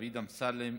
דוד אמסלם,